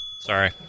Sorry